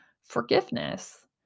forgiveness